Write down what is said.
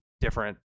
different